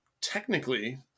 technically